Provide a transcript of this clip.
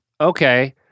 okay